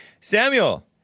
Samuel